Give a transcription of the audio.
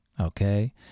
Okay